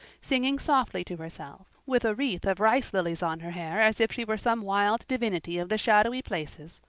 singing softly to herself, with a wreath of rice lilies on her hair as if she were some wild divinity of the shadowy places,